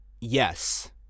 yes